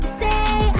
say